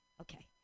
Okay